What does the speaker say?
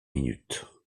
minutes